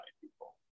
people